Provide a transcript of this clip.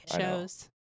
shows